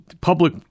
public